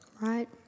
Right